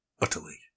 utterly